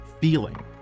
feeling